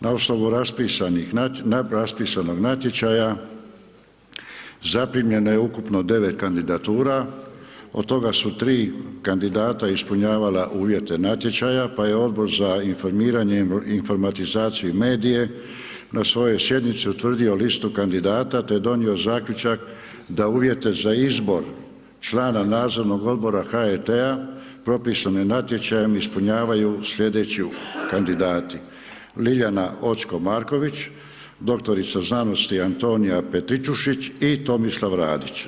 Na osnovnu raspisanih nadraspisanog natječaja zaprimljeno je ukupno 9 kandidatura, od toga su 3 kandidata ispunjavala uvjete natječaja, pa je Odbor za informiranje, informatizaciju i medije na svojoj sjednici utvrdio listu kandidata te donio zaključak, da uvjete za izbor člana Nadzornog odbora HRT-a propisanim natječajem ispunjavaju sljedeću kandidati, Ljiljana Očko-Marković, doktorica znanosti Antonija Petričušić i Tomislav Radić.